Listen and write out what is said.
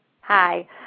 Hi